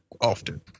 often